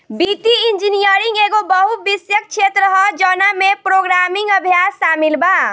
वित्तीय इंजीनियरिंग एगो बहु विषयक क्षेत्र ह जवना में प्रोग्रामिंग अभ्यास शामिल बा